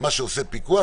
מה שעושה פיקוח,